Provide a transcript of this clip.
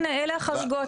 הנה אלה החריגות,